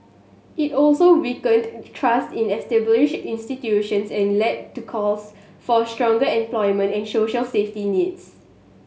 it also weakened trust in established institutions and led to calls for stronger employment and social safety nets